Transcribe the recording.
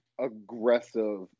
aggressive